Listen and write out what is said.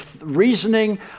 reasoning